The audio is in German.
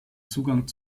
zugang